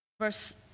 Verse